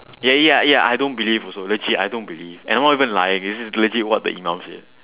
ya ya ya ya I don't believe also legit I don't believe and I'm not even lying this is legit what the imam said